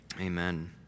Amen